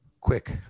quick